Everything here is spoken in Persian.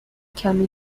کمی